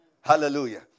Hallelujah